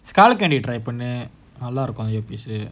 skull candy try பண்ணுநல்லாஇருக்கும்:pannu nalla irukkum piece uh